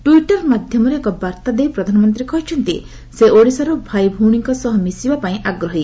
Twitter ମାଧ୍ୟମରେ ଏକ ବାର୍ତ୍ତା ଦେଇ ପ୍ରଧାନମନ୍ତ୍ରୀ କହିଛନ୍ତି ସେ ଓଡିଶାର ଭାଇଭଉଣୀଙ୍କ ସହ ମିଶିବା ପାଇଁ ଆଗହୀ